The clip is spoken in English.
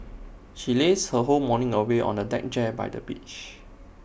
she lazed her whole morning away on A deck chair by the beach